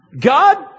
God